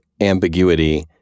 ambiguity